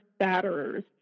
batterers